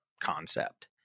concept